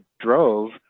drove